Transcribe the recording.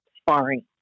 sparring